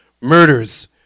murders